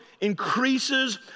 increases